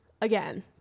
again